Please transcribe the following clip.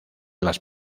las